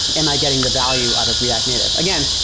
am i getting the value out of react native? again,